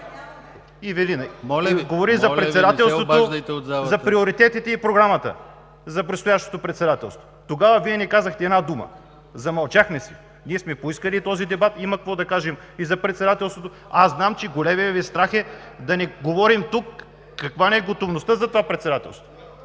се обаждайте от залата! ЖЕЛЬО БОЙЧЕВ: …за приоритетите и програмата за предстоящото председателство. Тогава Вие не казахте една дума. Замълчахме си. Ние сме поискали този дебат, има какво да кажем за председателството. Аз знам, че големият Ви страх е да не говорим тук каква е готовността за това председателство.